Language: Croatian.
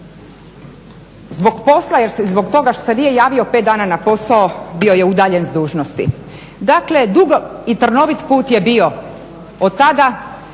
zbog posla i zbog toga što se nije javio pet dana na posao bio je udaljen s dužnosti. Dakle, dug i trnovit put je bio od tada